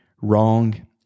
wrong